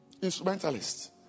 Instrumentalists